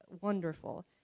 wonderful